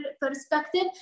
perspective